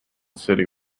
city